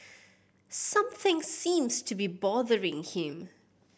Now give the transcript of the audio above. something seems to be bothering him